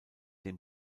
den